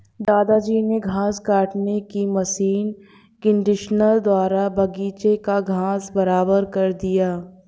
दादाजी ने घास काटने की मशीन कंडीशनर द्वारा बगीची का घास बराबर कर दिया